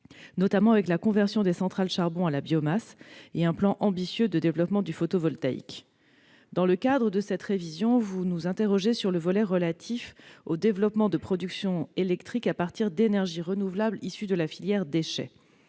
notamment avec la conversion des centrales à charbon à la biomasse et un ambitieux plan de développement du photovoltaïque. Dans le cadre de cette révision, vous m'interrogez sur le volet relatif au développement de la production électrique à partir d'énergies renouvelables issues de la filière déchets.